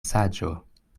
saĝo